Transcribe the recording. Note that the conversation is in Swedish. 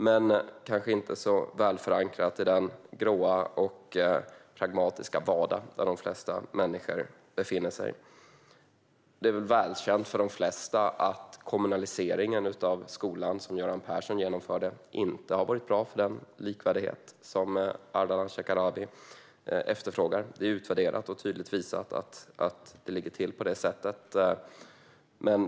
Men det kanske inte är så välförankrat i den grå och pragmatiska vardag där de flesta människor befinner sig. Det är välkänt för de flesta att den kommunalisering av skolan som Göran Persson genomförde inte har varit bra för den likvärdighet som Ardalan Shekarabi efterfrågar. Det är utvärderat och tydligt visat att det ligger till på det sättet.